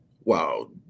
wow